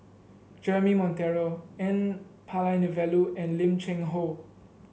Jeremy Monteiro N Palanivelu and Lim Cheng Hoe